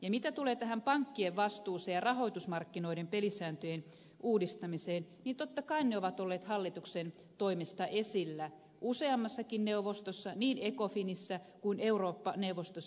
mitä tulee tähän pankkien vastuuseen ja rahoitusmarkkinoiden pelisääntöjen uudistamiseen niin totta kai ne ovat olleet hallituksen toimesta esillä useammassakin neuvostossa niin ecofinissä kuin eurooppa neuvostossa